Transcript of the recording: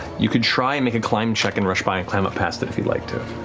you could try and make a climb check and rush by and climb up past it if you'd like to.